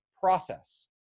process